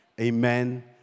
Amen